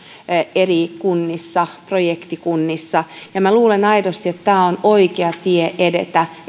eri kunnissa projektikunnissa minä luulen aidosti että tämä on oikea tie edetä